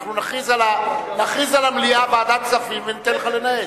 נכריז על המליאה ועדת כספים וניתן לך לנהל.